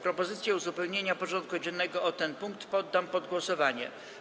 Propozycję uzupełnienia porządku dziennego o ten punkt poddam pod głosowanie.